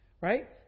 right